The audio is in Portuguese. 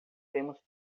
temos